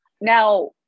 now